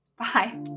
Bye